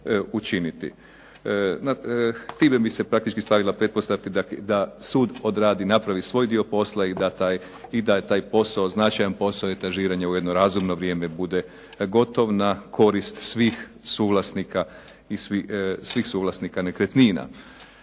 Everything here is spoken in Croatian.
Time bi se praktički stavila pretpostavka da sud odradi, napravi svoj dio posla i da taj posao, značajan posao etažiranja u jedno razumno vrijeme bude gotov na korist svih suvlasnika nekretnina.